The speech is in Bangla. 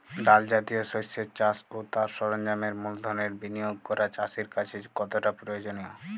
ডাল জাতীয় শস্যের চাষ ও তার সরঞ্জামের মূলধনের বিনিয়োগ করা চাষীর কাছে কতটা প্রয়োজনীয়?